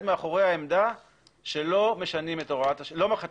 מאחורי העמדה שלא מחדשים את הוראת השעה.